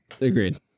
Agreed